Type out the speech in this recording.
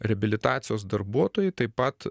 reabilitacijos darbuotojai taip pat